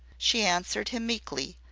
she answered him meekly,